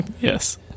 Yes